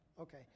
Okay